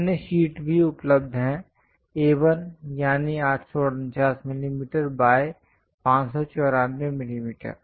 अन्य शीट भी उपलब्ध हैं A1 यानी 849 मिलीमीटर बाय 594 मिलीमीटर